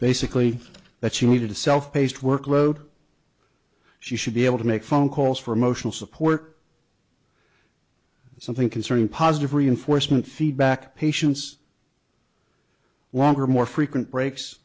basically that she needed a self paced workload she should be able to make phone calls for emotional support something concerning positive reinforcement feedback patients longer more frequent breaks